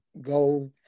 go